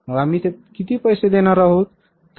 मग आम्ही ते किती पैसे देणार आहोत